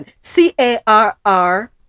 c-a-r-r